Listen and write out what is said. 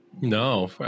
No